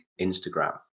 Instagram